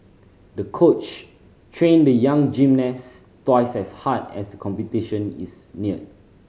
the coach trained the young gymnast twice as hard as the competition is neared